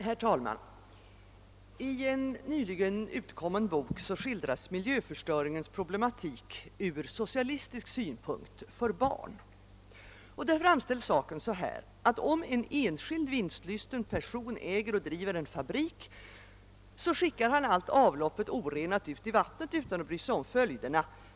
Herr talman! I en nyligen utkommen bok för barn skildras miljöförstöringens problematik ur socialistisk synpunkt. Där framställs saken så, att om en enskild vinstlysten person äger och driver en fabrik, så skickar han allt avloppet orenat ut i vattnet utan att bry sig om följderna.